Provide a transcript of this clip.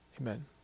amen